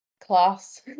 class